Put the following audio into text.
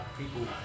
people